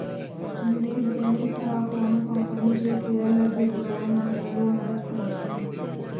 निवेस बेंक ह कोनो कंपनी के सेयर ल बेचवाय म घलो मदद करथे